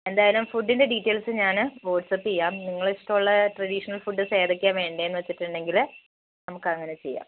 എന്തായാലും ഫുഡിൻ്റെ ഡീറ്റെയിൽസ് ഞാൻ വാട്ട്സ്ആപ്പ് ചെയ്യാം നിങ്ങൾ ഇഷ്ടമുള്ള ട്രഡീഷണൽ ഫുഡ്സ് എതൊക്കെയാണ് വേണ്ടതെന്ന് വെച്ചിട്ടുണ്ടങ്കിൽ നമുക്ക് അങ്ങനെ ചെയ്യാം